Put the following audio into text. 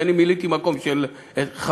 כי אני מילאתי מקום של חברי,